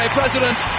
president